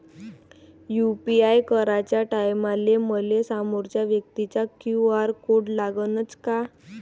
UPI कराच्या टायमाले मले समोरच्या व्यक्तीचा क्यू.आर कोड लागनच का?